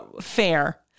Fair